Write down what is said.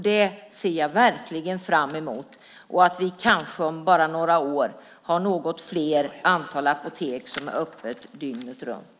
Jag ser verkligen fram mot det och att vi kanske om bara några år har ett större antal apotek som är öppna dygnet runt.